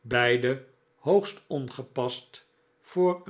beide hoogst ongepast voor